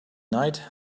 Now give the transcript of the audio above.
night